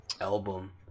Album